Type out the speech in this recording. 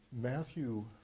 Matthew